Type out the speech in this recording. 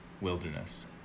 wilderness